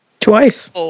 Twice